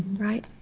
right?